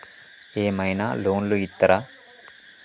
ఏమైనా లోన్లు ఇత్తరా?